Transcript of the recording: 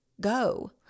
go